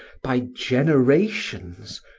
by generations,